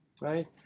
right